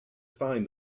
find